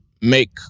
make